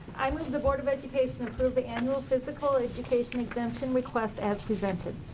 i move the board of education approve the annual physical education exemption request as presented.